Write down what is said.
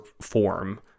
form